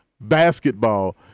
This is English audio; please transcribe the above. basketball